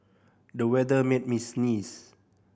the weather made me sneeze